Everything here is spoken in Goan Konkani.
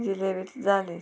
जिलेबी जाले